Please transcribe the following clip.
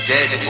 Dead